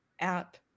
app